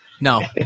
No